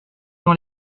dans